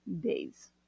days